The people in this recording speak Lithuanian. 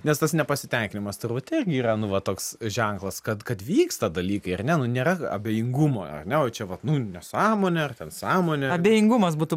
nes tas nepasitenkinimas turbūt irgi yra nu va toks ženklas kad kad vyksta dalykai ar ne nu nėra abejingumo ar ne vat čia vat nu nesąmonė ar ten sąmonė abejingumas būtų